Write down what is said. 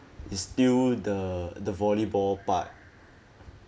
is still the the volleyball but